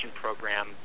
program